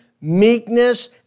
meekness